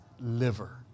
liver